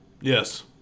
Yes